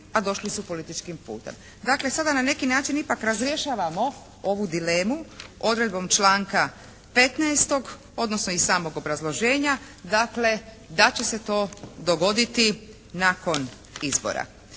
a došli su političkim putem. Dakle, sada na neki način ipak razrješavamo ovu dilemu odredbom članka 15. odnosno i samog obrazloženja da će se to dogoditi nakon izbora.